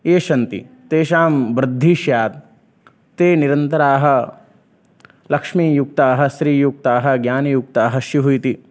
ये सन्ति तेषां वृद्धिः स्यात् ते निरन्तराः लक्ष्मीयुक्ताः श्रीयुक्ताः ज्ञानयुक्ताः स्युः इति